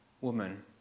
woman